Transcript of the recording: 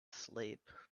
sleep